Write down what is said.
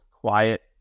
quiet